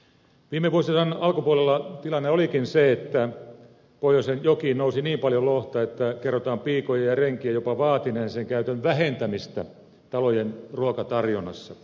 viime vuosisadan alkupuolella tilanne olikin se että pohjoisen jokiin nousi niin paljon lohta että kerrotaan piikojen ja renkien jopa vaatineen sen käytön vähentämistä talojen ruokatarjonnassa